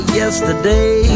yesterday